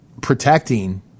protecting